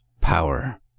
power